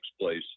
place